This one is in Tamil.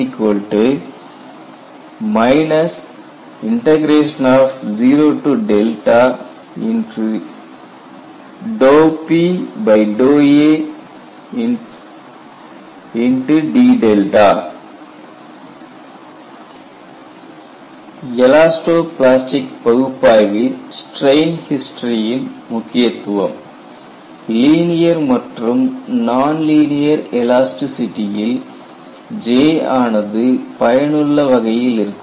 Importance of strain history in Elasto Plastic Analysis elasto plastic பகுப்பாய்வில் ஸ்ட்ரெயின் ஹிஸ்டரியின் முக்கியத்துவம் லீனியர் மற்றும் நான்லீனியர் எலாஸ்டி சிட்டியில் J ஆனது பயனுள்ள வகையில் இருக்கும்